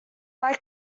like